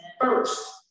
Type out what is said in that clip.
first